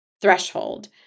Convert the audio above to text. threshold